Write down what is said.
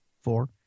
four